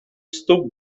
stóp